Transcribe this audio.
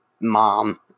mom